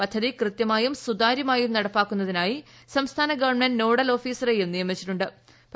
പദ്ധതി കൃത്യമായും സുതാര്യമായും നടപ്പാക്കുന്നതിനായി സംസ്ഥാന ഗവൺമെന്റ് നോഡൽ ഓഫീസറെയും നിയമിച്ചിട്ടു ്